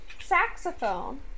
saxophone